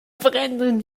prender